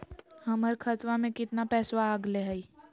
हमर खतवा में कितना पैसवा अगले हई?